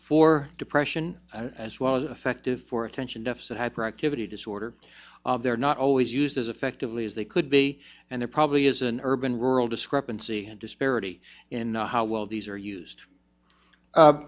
for depression as well as affective for attention deficit hyperactivity disorder they're not always used as effectively as they could be and there probably is an urban rural discrepancy and disparity in how well these are used